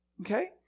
okay